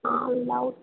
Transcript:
all out